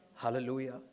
Hallelujah